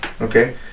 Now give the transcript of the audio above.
okay